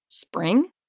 Spring